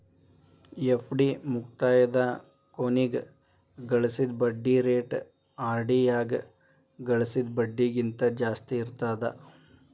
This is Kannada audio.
ಎಫ್.ಡಿ ಮುಕ್ತಾಯದ ಕೊನಿಗ್ ಗಳಿಸಿದ್ ಬಡ್ಡಿ ರೇಟ ಆರ್.ಡಿ ಯಾಗ ಗಳಿಸಿದ್ ಬಡ್ಡಿಗಿಂತ ಜಾಸ್ತಿ ಇರ್ತದಾ